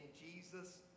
Jesus